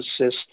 assist